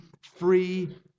free